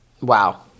Wow